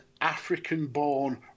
African-born